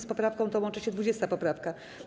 Z poprawką tą łączy się 20. poprawka.